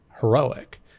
heroic